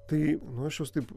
tai nu aš jos taip